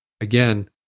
Again